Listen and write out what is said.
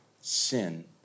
sin